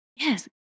Yes